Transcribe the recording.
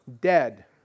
dead